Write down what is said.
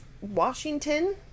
Washington